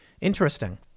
Interesting